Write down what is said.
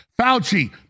Fauci